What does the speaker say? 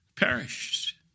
perished